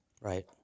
right